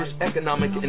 economic